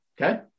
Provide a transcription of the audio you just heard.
Okay